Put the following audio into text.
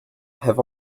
have